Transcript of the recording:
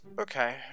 Okay